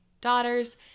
daughters